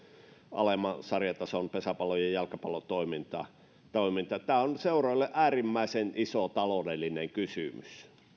alemman sarjatason pesäpallo ja ja jalkapallotoiminta tämä on seuroille äärimmäisen iso taloudellinen kysymys